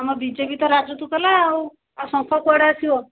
ଆମ ବିଜେପି ତ ରାଜୁତି କଲା ଆଉ ଆଉ ଶଙ୍ଖ କୁଆଡ଼େ ଆସିବ